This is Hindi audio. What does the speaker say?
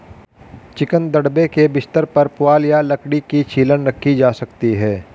चिकन दड़बे के बिस्तर पर पुआल या लकड़ी की छीलन रखी जा सकती है